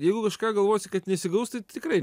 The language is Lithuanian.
jeigu kažką galvosi kad nesigaus tai tikrai